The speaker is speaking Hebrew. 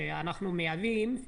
שאנחנו מייבאים,